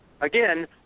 again